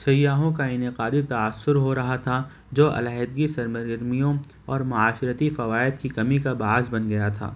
سیاحوں کا اِنعقادی تاثر ہو رہا تھا جو علیحدگی سرگرمیوں اور معاشرتی فوائد کی کمی کا باعث بن گیا تھا